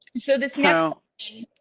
so this no